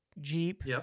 Jeep